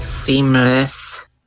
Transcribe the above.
Seamless